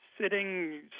sitting